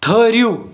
ٹھہرِو